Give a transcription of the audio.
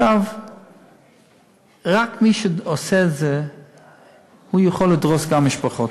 רק מי שעושה את זה יכול לדרוס גם משפחות.